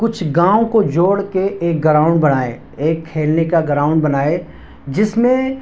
کچھ گاؤں کو جوڑ کے ایک گراؤنڈ بنائے ایک کھیلنے کا گراؤنڈ بنائے جس میں